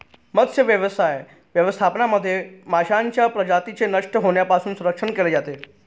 मत्स्यव्यवसाय व्यवस्थापनामध्ये माशांच्या प्रजातींचे नष्ट होण्यापासून संरक्षण केले जाते